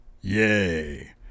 yay